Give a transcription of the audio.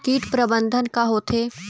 कीट प्रबंधन का होथे?